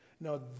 Now